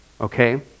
Okay